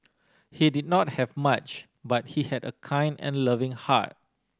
he did not have much but he had a kind and loving heart